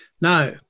Now